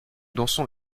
dansons